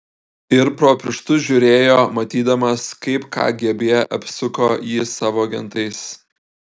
ir pro pirštus žiūrėjo matydamas kaip kgb apsupo jį savo agentais